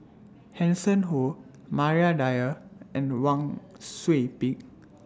Hanson Ho Maria Dyer and Wang Sui Pick